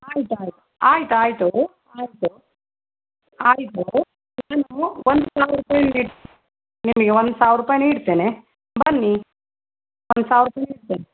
ಆಯ್ತಾಯ್ತು ಆಯ್ತಾಯ್ತು ಆಯಿತು ಆಯಿತು ನಾನು ಒಂದು ಸಾವಿರ ರೂಪಾಯಿ ಒಂದು ಸಾವಿರ ರೂಪಾಯಿ ನೀಡ್ತೇನೆ ಬನ್ನಿ ಒಂದು ಸಾವಿರ ರೂಪಾಯಿ ನೀಡ್ತೇನೆ